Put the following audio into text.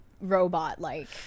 robot-like